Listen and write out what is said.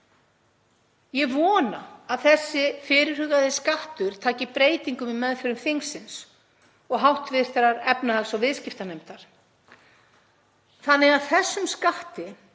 Ég vona að þessi fyrirhugaði skattur taki breytingum í meðförum þingsins og hv. efnahags- og viðskiptanefndar þannig að honum verði